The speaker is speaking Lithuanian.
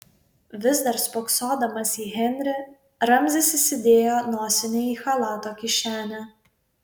vis dar spoksodamas į henrį ramzis įsidėjo nosinę į chalato kišenę